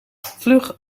vlug